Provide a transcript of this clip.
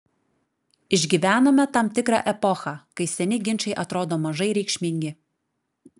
išgyvenome tam tikrą epochą kai seni ginčai atrodo mažai reikšmingi